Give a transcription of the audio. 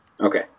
Okay